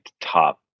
top